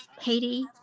Katie